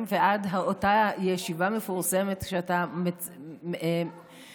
ועד אותה ישיבה מפורסמת שאתה מציין,